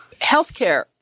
Healthcare